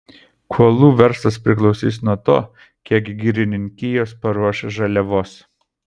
kuolų verslas priklausys nuo to kiek girininkijos paruoš žaliavos